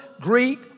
Greek